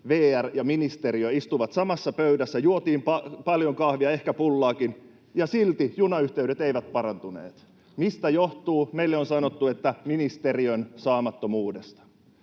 VR ja ministeriö istuvat samassa pöydässä. Juotiin paljon kahvia, oli ehkä pullaakin, ja silti junayhteydet eivät parantuneet. Mistä johtuu? Meille on sanottu, että ministeriön saamattomuudesta.